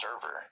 server